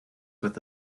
with